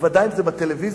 ודאי אם זה בטלוויזיה,